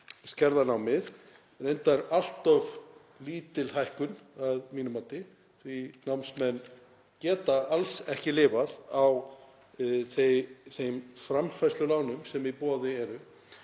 skerða lánið. Reyndar allt of lítil hækkun að mínu mati því að námsmenn geta alls ekki lifað á þeim framfærslulánum sem í boði eru.